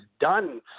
done